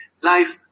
life